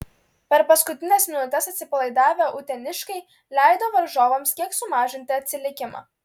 per paskutines minutes atsipalaidavę uteniškiai leido varžovams kiek sumažinti atsilikimą